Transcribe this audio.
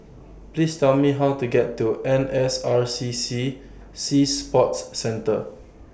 Please Tell Me How to get to N S R C C Sea Sports Center